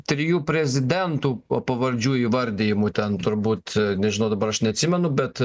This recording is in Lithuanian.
trijų prezidentų o pavardžių įvardijimų ten turbūt nežinau dabar aš neatsimenu bet